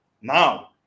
now